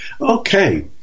Okay